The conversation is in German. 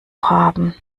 haben